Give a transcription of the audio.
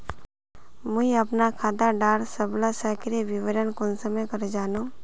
मुई अपना खाता डार सबला सक्रिय विवरण कुंसम करे जानुम?